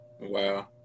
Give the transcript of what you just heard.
Wow